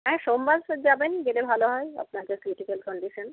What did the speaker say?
হ্যাঁ সোমবার যাবেন গেলে ভালো হয় আপনার যা ক্রিটিকাল কন্ডিশন